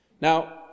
Now